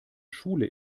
schule